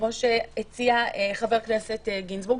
כמו שהציע חבר הכנסת גינזבורג,